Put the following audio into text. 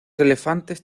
elefantes